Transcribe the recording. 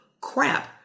crap